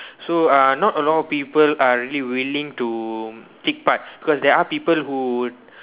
so uh not a lot of people are really willing to take part cause there are people who would